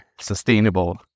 sustainable